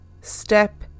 step